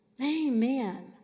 Amen